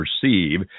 perceive